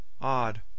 odd